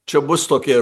čia bus tokie